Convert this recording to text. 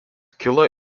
kilo